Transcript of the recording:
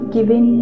Given